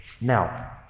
Now